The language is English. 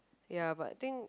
ya but I think